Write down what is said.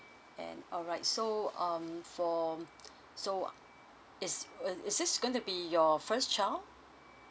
and alright so um for so is uh is this going to be your first child